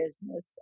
business